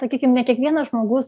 sakykim ne kiekvienas žmogus